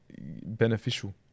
beneficial